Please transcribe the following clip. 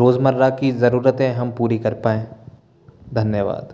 रोजमर्रा की ज़रूरते है हम पूरी कर पाएँ धन्यवाद